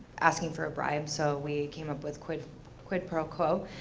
asking for a bribe so we came up with quid quid pro quo.